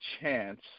chance